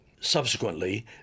Subsequently